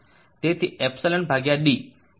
તેથી ε d 0